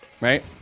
Right